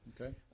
Okay